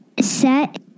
set